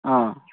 অঁ